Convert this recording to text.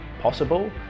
possible